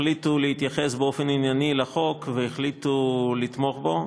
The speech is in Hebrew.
החליטו להתייחס באופן ענייני לחוק והחליטו לתמוך בו.